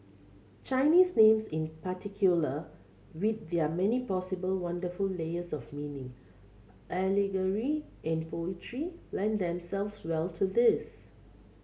Chinese names in particular with their many possible wonderful layers of meaning allegory and poetry lend themselves well to this